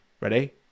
Ready